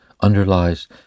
Underlies